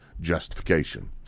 justification